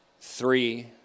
three